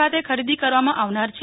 ખાતે ખરીદી કરવામાં આવનાર છે